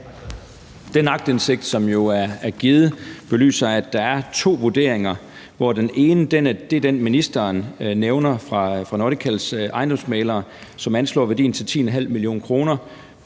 Den aktindsigt, som jo er givet, belyser, at der er to vurderinger, hvor den ene er den, som ministeren nævner, fra ejendomsmæglerfirmaet Nordicals, og den anslår værdien til 10,5 mio. kr.,